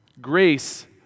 grace